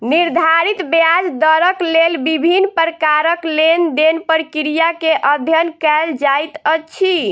निर्धारित ब्याज दरक लेल विभिन्न प्रकारक लेन देन प्रक्रिया के अध्ययन कएल जाइत अछि